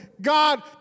God